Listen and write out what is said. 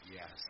yes